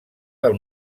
del